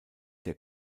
der